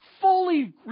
fully